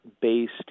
based